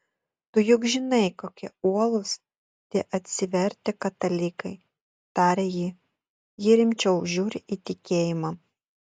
tu juk žinai kokie uolūs tie atsivertę katalikai tarė ji jie rimčiau žiūri į tikėjimą